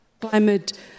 climate